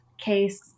case